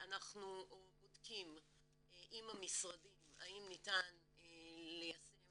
אנחנו בודקים עם המשרדים האם ניתן ליישם